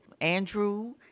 Andrew